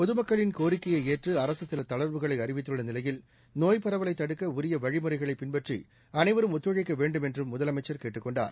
பொதுமக்களின் கோரிக்கையை ஏற்று அரசு சில தளா்வுகளை அறிவித்துள்ள நிலையில் நோய் பரவலை தடுக்க உரிய வழிமுறைகளை பின்பற்றி அனைவரும் ஒத்துழைக்க வேண்டும் என்றும் முதலமைச்சர் கேட்டுக் கொண்டார்